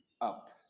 up